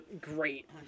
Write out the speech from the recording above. great